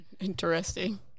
Interesting